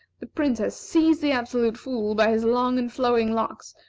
the princess seized the absolute fool by his long and flowing locks,